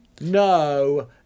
No